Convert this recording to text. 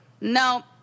No